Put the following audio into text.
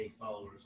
followers